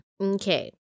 Okay